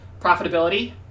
profitability